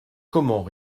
comment